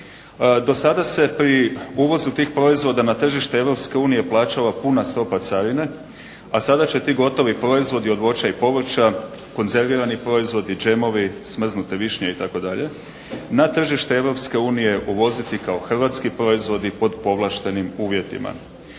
Do sada se pri uvozu tih proizvoda na tržište EU plaćala puna stopa carine, a sada će ti gotovi proizvodi od voća i povrća, konzervirani proizvodi, džemovi, smrznute višnje itd. na tržište EU uvoziti kao hrvatski proizvodi pod povlaštenim uvjetima.